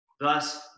Thus